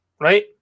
right